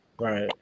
Right